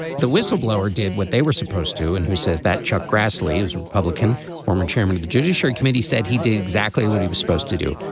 the whistleblower did what they were supposed to. and who says that chuck grassley is a republican, former chairman of the judiciary committee, said he did exactly what he was supposed to do.